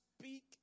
speak